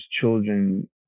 children